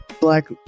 black